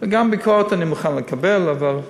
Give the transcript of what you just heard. וגם ביקורת אני מוכן לקבל, אבל,